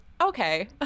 Okay